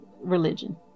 religion